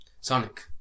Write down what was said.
Sonic